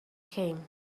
came